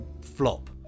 flop